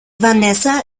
vanessa